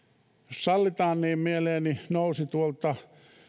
sallitaan niin mieleeni nousi